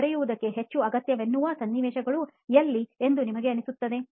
ಬರೆಯುವುದಕ್ಕೆ ಹೆಚ್ಚು ಅಗತ್ಯವೆನ್ನುವ ಸನ್ನಿವೇಶಗಳು ಎಲ್ಲಿ ಎಂದು ನಿಮಗೆ ಅನಿಸುತ್ತದೆ